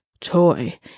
toy